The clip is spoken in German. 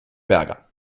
berger